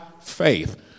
faith